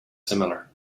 similar